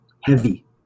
heavy